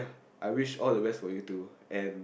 I wish all the best for you too and